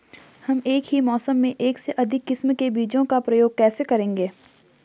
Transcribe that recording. हम एक ही मौसम में एक से अधिक किस्म के बीजों का उपयोग कैसे करेंगे?